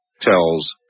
tells